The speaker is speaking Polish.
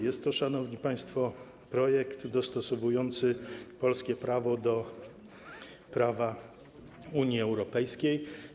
Jest to, szanowni państwo, projekt dostosowujący polskie prawo do prawa Unii Europejskiej.